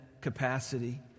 capacity